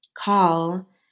call